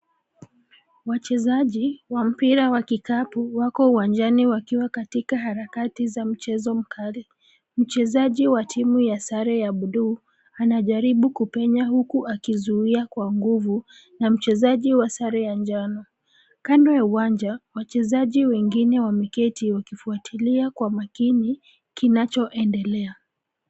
Wachezaji wa mpira wa kikapu wako uwanjani wakiwa katika harakati za mchezo mkali. Mchezaji wa timu ya sare ya bluu anajaribu kupenya huku akizuiwa kwa nguvu na mchezaji wa sare ya njano. Kando ya uwanja wachezaji wengine wameketi wakifuatilia kwa makini kinacho endelea.